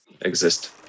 exist